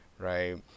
Right